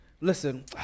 Listen